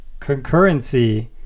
concurrency